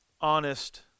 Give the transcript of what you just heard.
honest